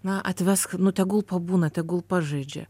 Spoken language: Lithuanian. na atvesk tegul pabūna tegul pažaidžia